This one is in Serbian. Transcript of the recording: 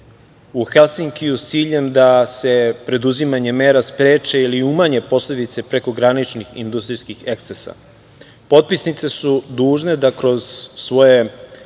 u Helsinhiju sa ciljem da se preduzimanjem mera spreče ili umanje posledice prekograničnih industrijskih ekscesa. Potpisnice su dužne da kroz svoje